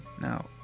Now